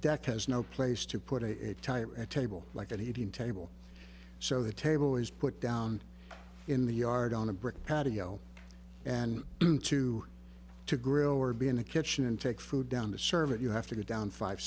deck has no place to put a tire a table like that heating table so the table is put down in the yard on a brick patio and to to grill or be in a kitchen and take food down to serve it you have to go down five